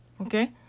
Okay